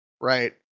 right